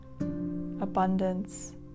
abundance